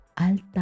Alta